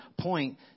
Point